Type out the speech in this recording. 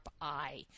eye